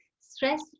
stress